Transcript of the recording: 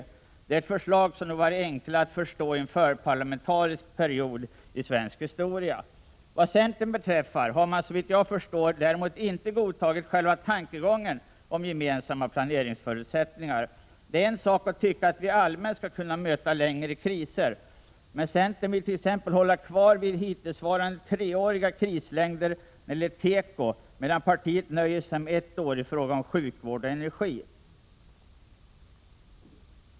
Det är ett förslag som nog varit enklare att förstå i en förparlamentarisk period i svensk historia. Vad däremot centern beträffar har man, såvitt jag förstår, inte godtagit själva tankegången om gemensamma planeringsförutsättningar. Det är en sak att tycka att vi allmänt skall kunna möta längre kriser. Men centern vill t.ex. hålla kvar vid hittillsvarande treåriga krislängder när det gäller teko, medan partiet nöjer sig med ett år i fråga om sjukvård och energi.